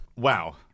Wow